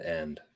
end